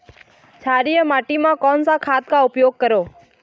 क्षारीय माटी मा कोन सा खाद का उपयोग करों?